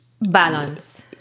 Balance